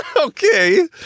Okay